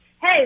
hey